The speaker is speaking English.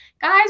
guys